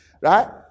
right